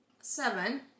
seven